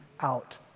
out